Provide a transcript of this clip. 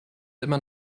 immer